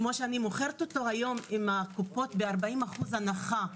כמו שאני מוכרת אותו היום עם הקופות ב-40% הנחה.